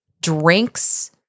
drinks